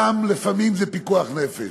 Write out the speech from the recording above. ולפעמים זה גם פיקוח נפש.